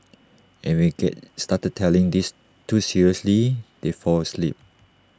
and we start telling this too seriously they fall asleep